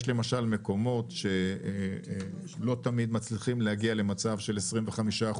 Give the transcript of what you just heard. יש למשל מקומות שלא תמיד מצליחים להגיע למצב של 25%,